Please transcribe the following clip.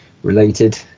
related